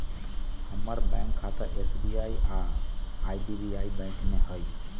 हमर बैंक खता एस.बी.आई आऽ आई.डी.बी.आई बैंक में हइ